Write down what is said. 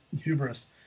hubris